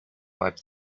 wipe